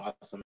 awesome